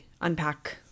unpack